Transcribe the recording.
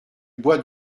bois